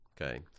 Okay